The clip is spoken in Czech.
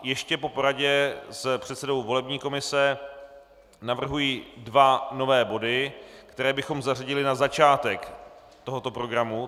Ještě po poradě s předsedou volební komise navrhuji dva nové body, které bychom zařadili na začátek tohoto programu.